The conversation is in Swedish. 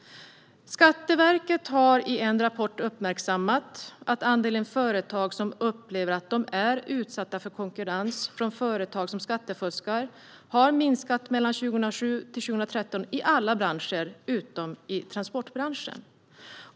Skatteverket har i en rapport uppmärksammat att andelen företag som upplever att de är utsatta för konkurrens från företag som skattefuskar har minskat mellan 2007 och 2013 i alla branscher utom transportbranschen.